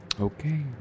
Okay